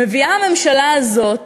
מביאה הממשלה הזאת